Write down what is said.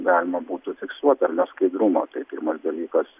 galima būtų fiksuoti ar neskaidrumo tai pirmas dalykas